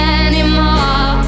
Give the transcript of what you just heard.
anymore